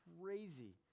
crazy